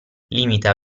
limita